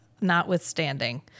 notwithstanding